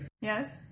yes